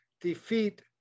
defeat